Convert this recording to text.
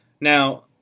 Now